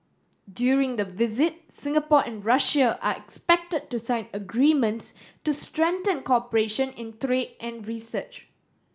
during the visit Singapore and Russia are expected to sign agreements to strengthen cooperation in trade and research